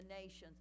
nations